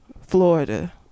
Florida